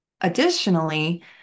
Additionally